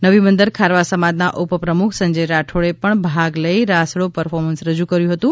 નવીબંદર ખારવા સમાજના ઉપપ્રમુખ સંજય રાઠોડે પણ ભાગ લઈ રાસડો પરફોર્મન્સ રજૂ કર્યું હતું